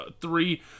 three